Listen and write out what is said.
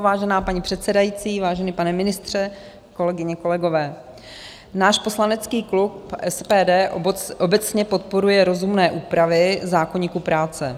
Vážená paní předsedající, vážený pane ministře, kolegyně, kolegové, náš poslanecký klub SPD obecně podporuje rozumné úpravy zákoníku práce.